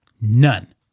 None